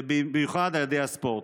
במיוחד על ידי הספורט.